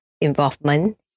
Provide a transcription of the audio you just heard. involvement